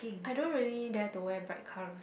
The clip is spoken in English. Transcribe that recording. I don't really dare to wear bride crown